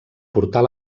portar